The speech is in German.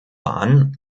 waren